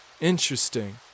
Interesting